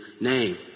name